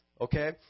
okay